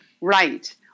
Right